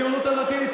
הציונות הדתית,